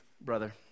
brother